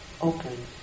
open